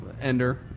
ender